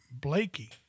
Blakey